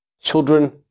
Children